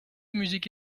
musique